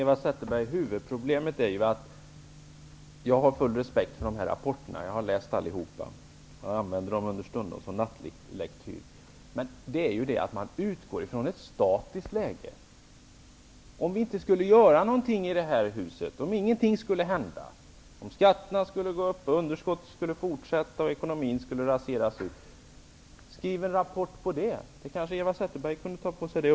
Herr talman! Jag har full respekt för dessa rapporter. Jag har läst dem alla. Stundom använder jag dem som nattlig lektyr. Men huvudproblemet är ju, Eva Zetterberg, att man utgår från ett statiskt läge. Om vi i det här huset inte skulle göra någonting och om ingenting skulle hända, om skatterna skulle fortsätta att stiga, om underskottet skulle fortsätta att öka och om ekonomin skulle forsätta raseras, undrar jag hur situationen skulle bli. Skriv en rapport om det!